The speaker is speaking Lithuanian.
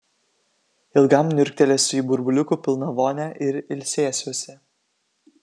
ilgam niurktelėsiu į burbuliukų pilną vonią ir ilsėsiuosi